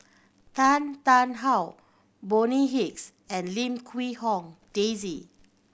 Tan Tarn How Bonny Hicks and Lim Quee Hong Daisy